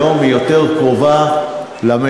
היום היא יותר קרובה למציאות,